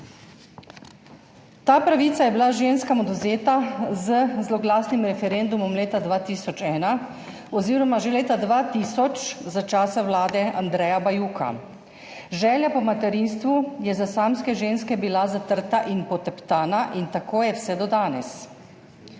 Ta pravica je bila ženskam odvzeta z zloglasnim referendumom leta 2001 oziroma že leta 2000 za časa vlade Andreja Bajuka. Želja po materinstvu je bila za samske ženske zatrta in poteptana in tako je vse do danes